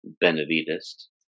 Benavides